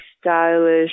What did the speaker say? stylish